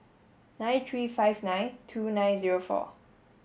nine three five nine two nine zero four